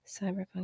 Cyberpunk